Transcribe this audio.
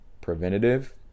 preventative